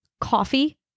coffee